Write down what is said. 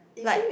like